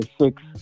six